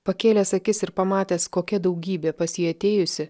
pakėlęs akis ir pamatęs kokia daugybė pas jį atėjusi